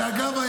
שאגב,